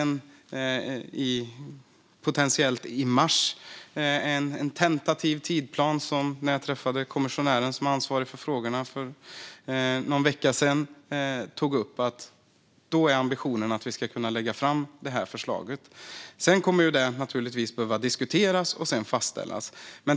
När jag för någon vecka sedan träffade kommissionären som är ansvarig för frågorna togs det upp att ambitionen enligt en tentativ tidsplan är att vi i mars ska kunna lägga fram förslaget. Sedan kommer det att behöva diskuteras och fastställas.